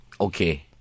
Okay